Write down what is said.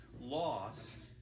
lost